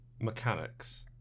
mechanics